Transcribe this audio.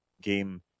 game